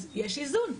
אז יש איזון.